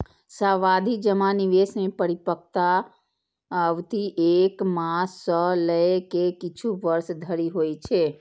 सावाधि जमा निवेश मे परिपक्वता अवधि एक मास सं लए के किछु वर्ष धरि होइ छै